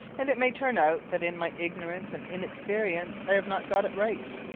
and it may turn out that in my ignorance and inexperience i have not got it right.